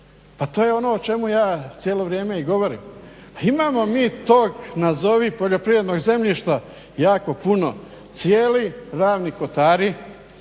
Pa to je ono o čemu ja cijelo vrijeme i govorim. Pa imamo mi tog nazovi poljoprivrednog zemljišta jako puno, cijeli Ravni kotari,